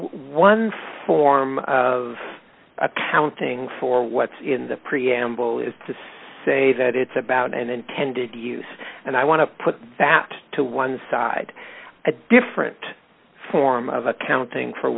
one form of accounting for what's in the preamble is to say that it's about and intended use and i want to put that to one side a different form of accounting for